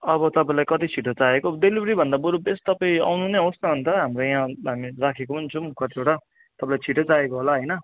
अब तपाईँलाई कति छिट्टो चाहिएको डेलिभेरी भन्दा बेस्ट तपाईँ आउनु नै होस् न अन्त हाम्रो यहाँ हामी राखेको पनि छौँ कतिवटा तपाईँलाई छिट्टो चाहिएको होला होइन